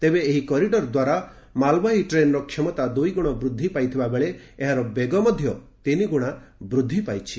ତେବେ ଏହି କରିଡ଼ର ଦ୍ୱାରା ମାଲବାହି ଟ୍ରେନ୍ର କ୍ଷମତା ଦୁଇଗୁଣ ବୃଦ୍ଧି ପାଇଥିବା ବେଳେ ଏହାର ବେଗ ମଧ୍ୟ ତିନି ଗୁଣା ବୃଦ୍ଧି ପାଇଛି